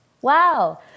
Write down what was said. Wow